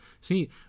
See